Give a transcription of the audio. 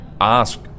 ask